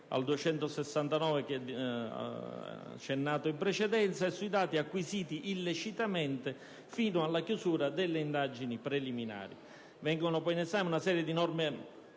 269, accennato in precedenza, e sui dati acquisiti illecitamente fino alla chiusura delle indagini preliminari.